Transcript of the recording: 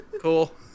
cool